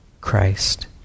Christ